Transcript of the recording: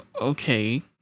Okay